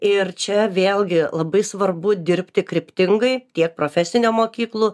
ir čia vėlgi labai svarbu dirbti kryptingai tiek profesinio mokyklų